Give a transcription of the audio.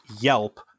Yelp